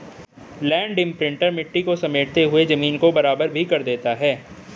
land imprinter मिट्टी को समेटते हुए जमीन को बराबर भी कर देता है